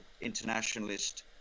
internationalist